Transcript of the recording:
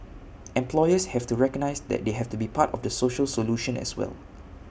employers have to recognise that they have to be part of the social solution as well